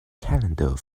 calendar